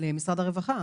במשרד הרווחה